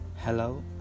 Hello